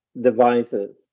devices